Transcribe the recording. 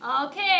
Okay